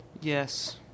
Yes